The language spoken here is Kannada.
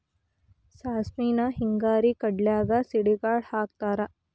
ಸಾಸ್ಮಿನ ಹಿಂಗಾರಿ ಕಡ್ಲ್ಯಾಗ ಸಿಡಿಗಾಳ ಹಾಕತಾರ